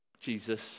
Jesus